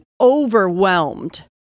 overwhelmed